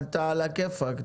אתה על הכיפאק,